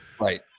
Right